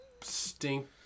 stink